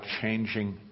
changing